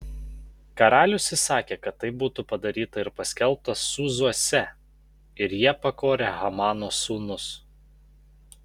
karalius įsakė kad tai būtų padaryta ir paskelbta sūzuose ir jie pakorė hamano sūnus